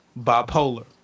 Bipolar